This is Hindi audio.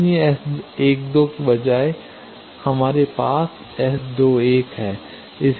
इसलिए S 12 के बजाय हमारे पास है S2 1ले लिया